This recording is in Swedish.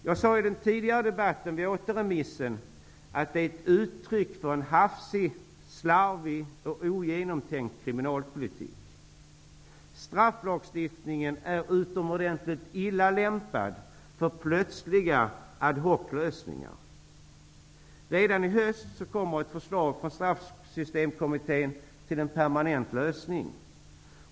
Jag sade i den tidigare debatten vid återremissen att det är ett uttryck för en hafsig, slarvig och ogenomtänkt kriminalpolitik. Strafflagstiftningen är utomordentligt illa lämpad för plötsliga ad hoc-lösningar. Redan i höst kommer ett förslag från Straffsystemkommittén till en permanent lösning.